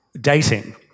dating